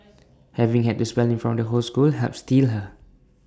having had to spell in front of the whole school helped steel her